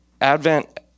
Advent